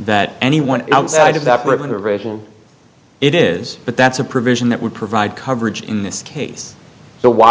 that anyone outside of that perimeter racial it is but that's a provision that would provide coverage in this case so why